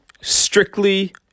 strictly